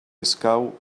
escau